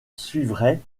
suivrait